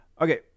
Okay